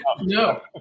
No